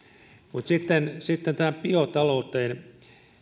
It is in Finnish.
mutta sitten sitten tähän biotalouteen